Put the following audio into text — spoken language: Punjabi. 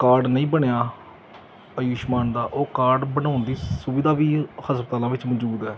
ਕਾਰਡ ਨਹੀਂ ਬਣਿਆ ਆਯੁਸ਼ਮਾਨ ਦਾ ਉਹ ਕਾਰਡ ਬਣਾਉਣ ਦੀ ਸੁਵਿਧਾ ਵੀ ਹਸਪਤਾਲਾਂ ਵਿੱਚ ਮੌਜੂਦ ਹੈ